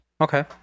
Okay